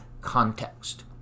context